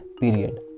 period